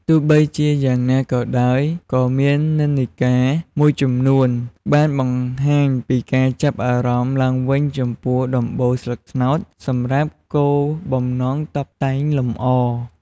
ទោះជាយ៉ាងណាក៏ដោយ ក៏មាននិន្នាការមួយចំនួនបានបង្ហាញពីការចាប់អារម្មណ៍ឡើងវិញចំពោះដំបូលស្លឹកត្នោតសម្រាប់គោលបំណងតុបតែងលម្អ។